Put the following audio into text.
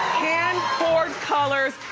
hand poured colors,